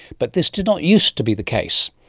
but this didn't used to be the case.